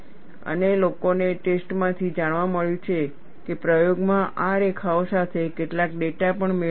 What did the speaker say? અને લોકોને ટેસ્ટ માંથી જાણવા મળ્યું છે કે પ્રયોગમાં આ રેખાઓ સાથે કેટલાક ડેટા પણ મેળ ખાય છે